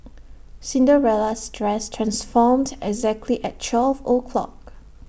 Cinderella's dress transformed exactly at twelve o'clock